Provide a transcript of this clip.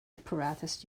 apparatus